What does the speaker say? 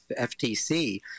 FTC